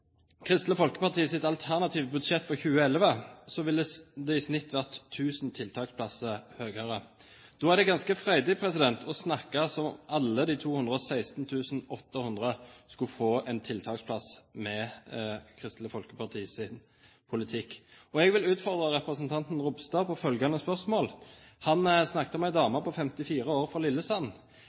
Kristelig Folkepartis alternative budsjett for 2011, ville det i snitt vært 1 000 tiltaksplasser mer. Da er det ganske freidig å snakke som om alle de 216 800 skulle få en tiltaksplass med Kristelig Folkepartis politikk. Jeg vil utfordre representanten Ropstad på følgende spørsmål – han snakket om en dame på 54 år fra Lillesand: